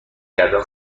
کردن